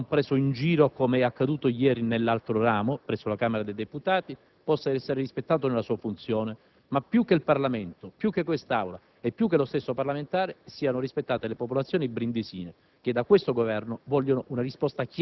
e non preso in giro come è accaduto ieri nell'altro suo ramo, presso la Camera dei deputati, che possa essere rispettato nella sua funzione, ma più che il Parlamento, più che quest'Aula e più che lo stesso parlamentare, siano rispettate le popolazioni brindisine,